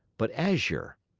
but azure,